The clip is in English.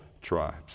tribes